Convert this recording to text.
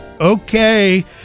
okay